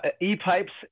e-pipes